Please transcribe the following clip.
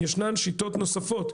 ישנם שיטות נוספות,